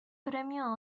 premio